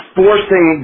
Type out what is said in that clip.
forcing